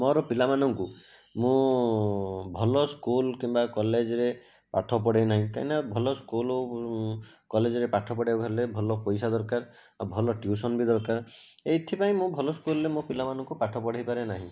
ମୋର ପିଲାମାନଙ୍କୁ ମୁଁ ଭଲ ସ୍କୁଲ କିମ୍ବା କଲେଜରେ ପାଠ ପଢ଼ାଇ ନାହିଁ କାହିଁକି ନା ଭଲ ସ୍କୁଲ କଲେଜରେ ପାଠ ପଢ଼ାଇବାକୁ ହେଲେ ଭଲ ପଇସା ଦରକାର ଆଉ ଭଲ ଟ୍ୟୁସନ ବି ଦରକାର ଏହିଥିପାଇଁ ମୁଁ ଭଲ ସ୍କୁଲରେ ମୋ ପିଲାମାନଙ୍କୁ ପାଠ ପଢ଼ାଇ ପାରେ ନାହିଁ